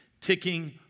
ticking